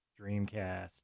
Dreamcast